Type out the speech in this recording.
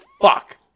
Fuck